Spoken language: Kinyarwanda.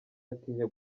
atinya